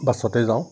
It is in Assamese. বাছতেই যাওঁ